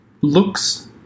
Looks